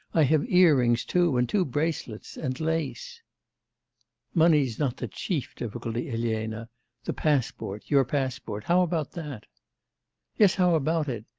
i have earrings, too, and two bracelets. and lace money's not the chief difficulty, elena the passport your passport, how about that yes, how about it?